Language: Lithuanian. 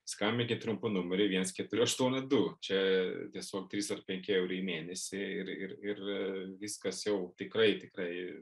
skambinkit trumpu numeriu viens keturi aštuoni du čia tiesiog trys ar penki eurai mėnesį ir ir viskas jau tikrai tikrai